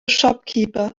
shopkeeper